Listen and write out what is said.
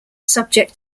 subject